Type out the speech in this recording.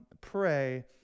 pray